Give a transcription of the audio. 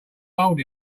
hold